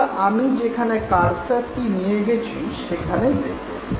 এবার আমি যেখানে কার্সরটি নিয়ে গেছি সেখানে দেখুন